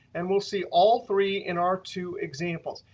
and we'll see all three in our two examples.